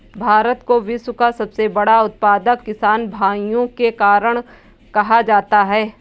भारत को विश्व का सबसे बड़ा उत्पादक किसान भाइयों के कारण कहा जाता है